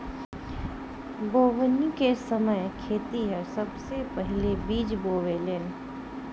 बोवनी के समय खेतिहर सबसे पहिले बिज बोवेलेन